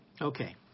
Okay